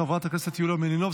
חברת הכנסת יוליה מלינובסקי,